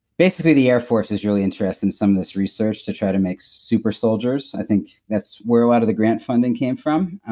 basically the air force is really interested in some of this research to try to make super soldiers. i think that's where a lot of the grant funding came from,